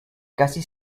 casi